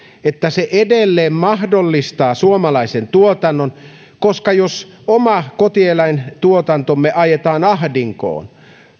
että se edelleen mahdollistaa suomalaisen tuotannon koska jos oma kotieläintuotantomme ajetaan ahdinkoon